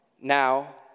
now